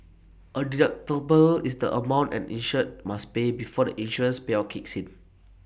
A deductible is the amount an insured must pay before the insurance payout kicks in